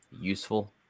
useful